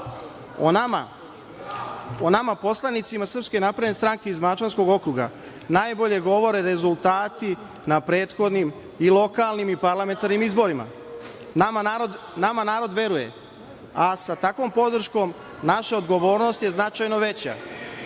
o nama poslanicima SNS-a iz Mačvanskog okruga najbolje govore rezultati na prethodnim i lokalnim i parlamentarnim izborima. Nama narod veruje, a sa takvom podrškom naša odgovornost je značajno veća.